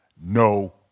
no